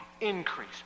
increase